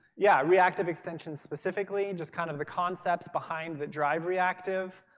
yeah reactive extensions, specifically and just kind of the concepts behind the drive reactive,